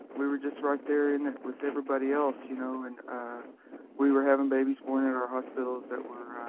we were just right there in it with everybody else, you know? and we were having babies born in our hospitals that were